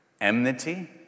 enmity